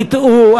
הטעו.